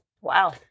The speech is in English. Wow